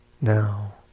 now